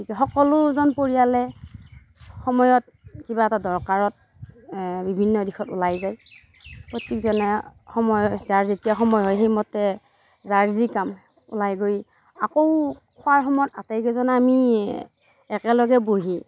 সকলোজন পৰিয়ালে সময়ত কিবা এটা দৰকাৰত বিভিন্ন দিশত ওলায় যায় প্ৰতিজনে সময়ত যাৰ যেতিয়া সময় হয় সেইমতে যাৰ যি কাম ওলাই গৈ আকৌ খোৱাৰ সময়ত আটাইকেইজনে আমি একেলগে বহি